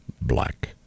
black